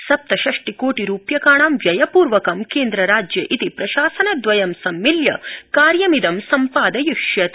सप्तषष्टि कोटि रूप्यकाणां व्ययपूर्वकं केन्द्र राज्य इति प्रशासनद्वयं सम्मिल्य कार्यमिदं सम्पादयिष्यते